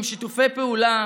שיתופי פעולה,